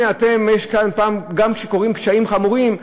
גם כשקורים פשעים חמורים,